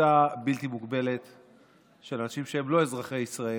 כניסה בלתי מוגבלת של אנשים שהם לא אזרחי ישראל.